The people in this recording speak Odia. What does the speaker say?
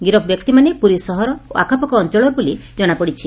ଗିରଫ ବ୍ୟକ୍ତିମାନେ ପୁରୀ ସହର ଓ ଆଖପାଖ ଅଞ୍ଚଳର ବୋଲି ଜଣାପଡିଛି